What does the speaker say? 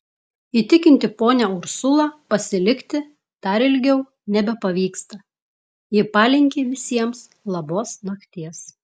įtikinti ponią ursulą pasilikti dar ilgiau nebepavyksta ji palinki visiems labos nakties